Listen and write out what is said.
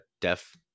deaf